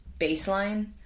baseline